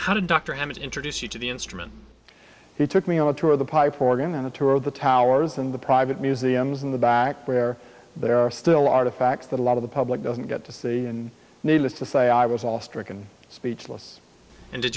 hammet introduce you to the instrument he took me on a tour of the pipe organ on a tour of the towers and the private museums in the back where there are still artifacts that a lot of the public doesn't get to see and needless to say i was all stricken speechless and did